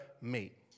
meet